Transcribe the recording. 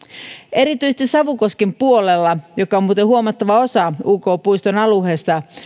erityisesti savukosken puolella jota on muuten huomattava osa uk puiston alueesta